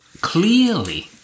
clearly